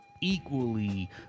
equally